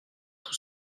tous